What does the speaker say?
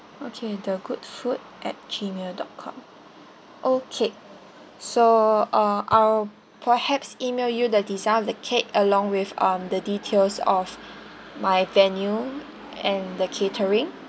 okay the good food at gmail dot com okay so uh I'll perhaps email you the design of the cake along with um the details of my venue and the catering